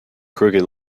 crooked